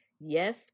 Yes